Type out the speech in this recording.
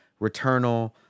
Returnal